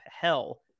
hell